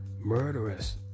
murderous